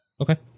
okay